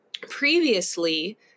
previously